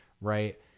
Right